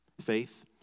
faith